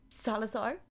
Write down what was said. Salazar